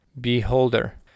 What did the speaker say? Beholder